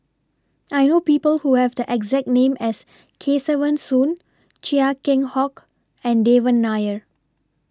I know People Who Have The exact name as Kesavan Soon Chia Keng Hock and Devan Nair